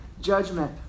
judgment